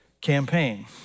campaign